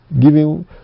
giving